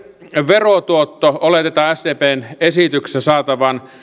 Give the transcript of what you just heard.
verotuotto oletetaan sdpn esityksessä saatavan